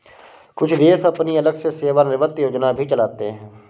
कुछ देश अपनी अलग से सेवानिवृत्त योजना भी चलाते हैं